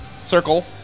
Circle